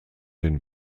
den